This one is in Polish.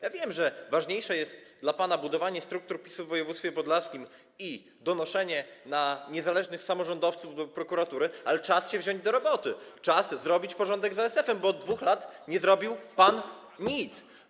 Ja wiem, że ważniejsze jest dla pana budowanie struktur PiS-u w województwie podlaskim i donoszenie na niezależnych samorządowców do prokuratury, ale czas się wziąć do roboty, czas zrobić porządek z ASF-em, bo od 2 lat nie zrobił pan nic.